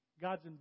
God's